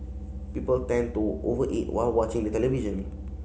people tend to over eat while watching the television